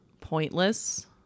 pointless